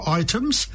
items